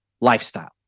lifestyle